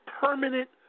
permanent